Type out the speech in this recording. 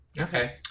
Okay